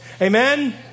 Amen